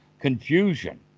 confusion